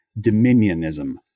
dominionism